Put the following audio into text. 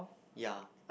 ya